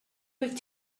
with